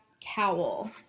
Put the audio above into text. cowl